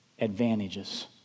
advantages